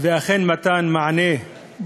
ובמתן מענה במקום